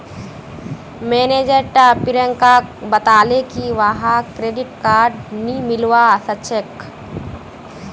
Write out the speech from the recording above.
manager टा प्रियंकाक बताले की वहाक क्रेडिट कार्ड नी मिलवा सखछे